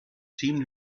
seemed